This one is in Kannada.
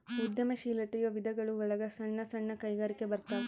ಉದ್ಯಮ ಶೀಲಾತೆಯ ವಿಧಗಳು ಒಳಗ ಸಣ್ಣ ಸಣ್ಣ ಕೈಗಾರಿಕೆ ಬರತಾವ